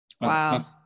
Wow